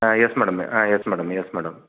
ah yes madam ah yes madam yes madam